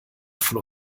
von